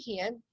hand